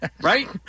Right